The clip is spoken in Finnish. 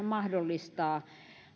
mahdollistaa